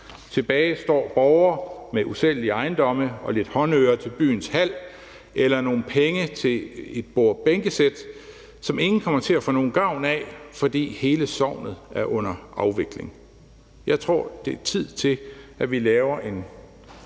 Tilbage står borgere med usælgelige ejendomme og lidt håndører til byens hal eller nogle penge til et bord- og bænkesæt, som ingen kommer til at få nogen gavn af, fordi hele sognet er under afvikling. Jeg tror, det er tid til, at vi laver en